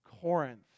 Corinth